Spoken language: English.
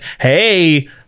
hey